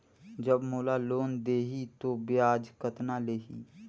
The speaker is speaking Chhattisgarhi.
जब मोला लोन देही तो ब्याज कतना लेही?